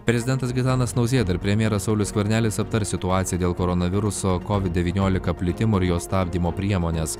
prezidentas gitanas nausėda ir premjeras saulius skvernelis aptars situaciją dėl koronaviruso covid devyniolika plitimo ir jo stabdymo priemones